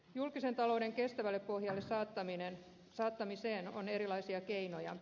julkisen talouden kestävälle pohjalle saattamiseen on erilaisia keinoja